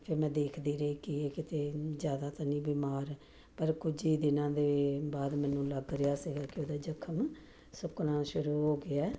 ਫੇਰ ਮੈਂ ਦੇਖਦੀ ਰਹੀ ਕਿ ਕਿਤੇ ਜ਼ਿਆਦਾ ਤਾਂ ਨਹੀਂ ਬਿਮਾਰ ਪਰ ਕੁਝ ਹੀ ਦਿਨਾਂ ਦੇ ਬਾਅਦ ਮੈਨੂੰ ਲੱਗ ਰਿਹਾ ਸੀਗਾ ਕਿ ਉਹਦਾ ਜ਼ਖਮ ਸੁੱਕਣਾ ਸ਼ੁਰੂ ਹੋ ਗਿਆ